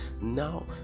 now